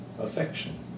affection